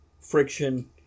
friction